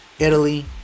Italy